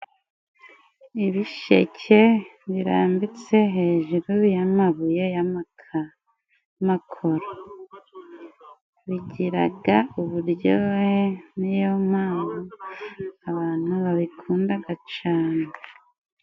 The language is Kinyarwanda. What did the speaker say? Ibisheke birambitse hejuru y'amabuye y'amakoro, bigiraga uburyohe niyo mpamvu abantu babikundaga cane.